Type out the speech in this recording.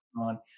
on